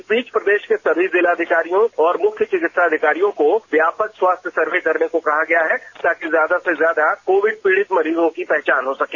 इस बीच प्रदेश के सभी जिलाधिकारियों और मुख्य चिकित्सा अधिकारियों को व्यापक स्वास्थ्य सर्वे करने को कहा गया है ताकि ज्यादा से ज्यादा कोविड पीड़ित मरीजों की पहचान हो सके